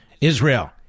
Israel